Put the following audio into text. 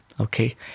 okay